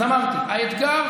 אז אמרתי: האתגר,